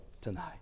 Tonight